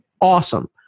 Awesome